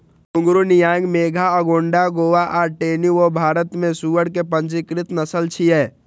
घूंघरू, नियांग मेघा, अगोंडा गोवा आ टेनी वो भारत मे सुअर के पंजीकृत नस्ल छियै